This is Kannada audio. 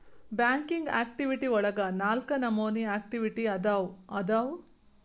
ಬ್ಯಾಂಕಿಂಗ್ ಆಕ್ಟಿವಿಟಿ ಒಳಗ ನಾಲ್ಕ ನಮೋನಿ ಆಕ್ಟಿವಿಟಿ ಅದಾವು ಅದಾವು